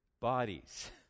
bodies